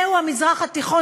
זהו המזרח התיכון,